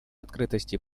открытости